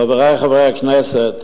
חברי חברי הכנסת,